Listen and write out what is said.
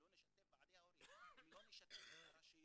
אם לא נשתף את ועדי ההורים ואם לא נשתף את הרשויות,